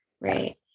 Right